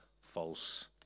false